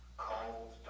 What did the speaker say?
cold,